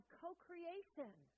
co-creation